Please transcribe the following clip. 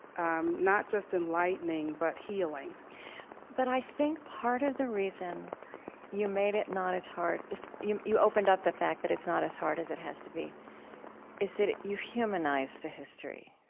um not just enlightening, but healing but i think part of the reason you made it not as hard you you opened up the fact that it's not as hard as it has to be is that you humanize the history.